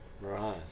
right